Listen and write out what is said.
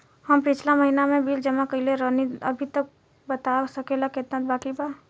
हम पिछला महीना में बिल जमा कइले रनि अभी बता सकेला केतना बाकि बा?